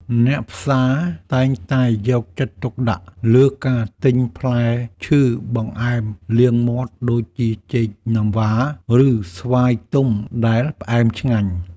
អ្នកផ្សារតែងតែយកចិត្តទុកដាក់លើការទិញផ្លែឈើបង្អែមលាងមាត់ដូចជាចេកណាំវ៉ា ឬស្វាយទុំដែលផ្អែមឆ្ងាញ់។